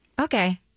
okay